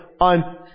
on